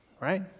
right